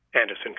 Anderson